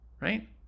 right